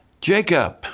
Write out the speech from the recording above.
Jacob